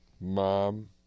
Mom